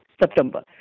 September